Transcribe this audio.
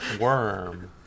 Worm